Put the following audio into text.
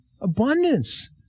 Abundance